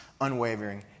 unwavering